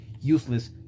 useless